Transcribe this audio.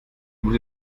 muss